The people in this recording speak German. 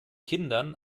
kindern